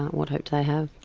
what hope do they have?